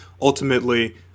ultimately